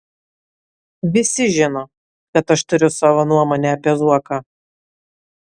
visi žino kad aš turiu savo nuomonę apie zuoką